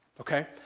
Okay